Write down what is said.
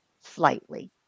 slightly